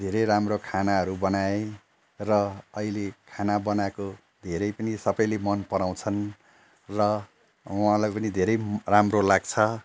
धेरै राम्रो खानाहरू बनाए र अहिले खाना बनाएको धेरै पनि सबले मन पराउँछन् र उहाँलाई पनि धेरै राम्रो लाग्छ